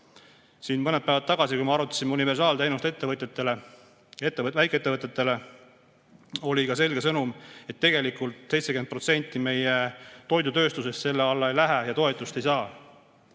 Mõned päevad tagasi, kui me arutasime universaalteenust väikeettevõtjatele, oli selge sõnum, et tegelikult 70% meie toidutööstusest selle alla ei lähe ja toetust ei saa.